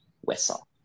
whistle